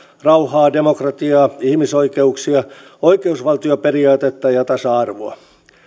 rauhaa demokratiaa ihmisoikeuksia oikeusvaltioperiaatetta ja tasa arvoa